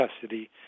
custody